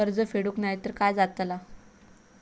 कर्ज फेडूक नाय तर काय जाताला?